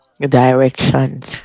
Directions